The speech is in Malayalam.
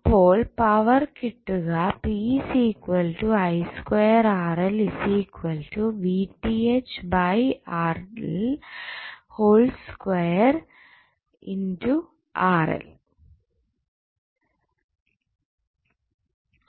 അപ്പോൾ പവർ കിട്ടുക